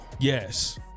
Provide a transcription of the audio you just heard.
Yes